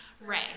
Ray